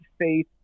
faith